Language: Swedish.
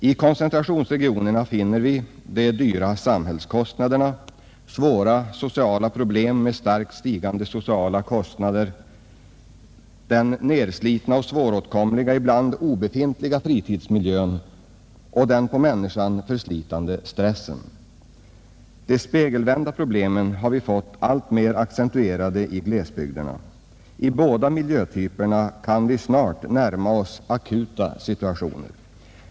I koncentrationsregionerna finner vi de dyra samhällskostnaderna, svåra sociala problem med starkt stigande sociala kostnader som följd, en nedgången och svåråtkomlig, ibland obefintlig fritidsmiljö och den på människan förslitande stressen. De spegelvända problemen har blivit alltmer accentuerade i glesbygderna. I båda miljötyperna kan vi snart närma oss akuta situationer.